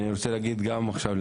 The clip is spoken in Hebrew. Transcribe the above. כמו שנאמר כאן.